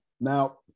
Now